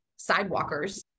sidewalkers